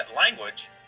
language